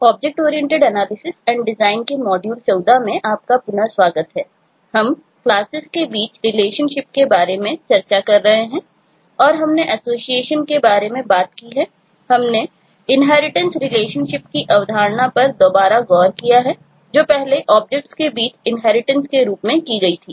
object oriented analysis and design के रूप में की गई थी